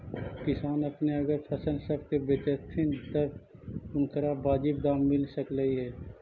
किसान अपने अगर फसल सब के बेचतथीन तब उनकरा बाजीब दाम मिल सकलई हे